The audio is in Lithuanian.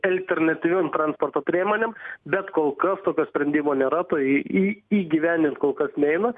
alternatyviom transporto priemonėm bet kol kas tokio sprendimo nėra tai į įgyvendint kol kas neina